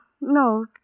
no